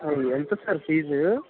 ఎంత sir fee